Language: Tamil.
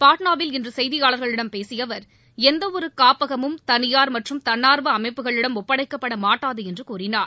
பாட்னாவில் இன்று செய்தியாளர்களிடம் பேசிய அவர் எந்தவொரு காப்பகமும் தனியார் மற்றும் தன்னார்வ அமைப்புகளிடம் ஒப்படைக்கப்பட மாட்டாது என்று கூறினார்